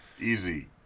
Easy